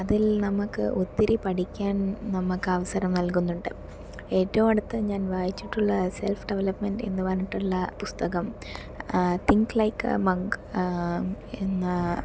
നമുക്കു ഒത്തിരി പഠിക്കാൻ നമുക്കവസരം നൽകുന്നുണ്ട് ഏറ്റവും അടുത്ത ഞാൻ വായിച്ചിട്ടുള്ള സെൽഫ് ഡെവലൊപ്മെന്റ് എന്ന് പറഞ്ഞിട്ടുള്ള പുസ്തകം തിങ്ക് ലൈക് എ മങ്ക് എന്ന